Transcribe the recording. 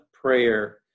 prayer